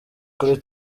kuri